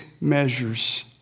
measures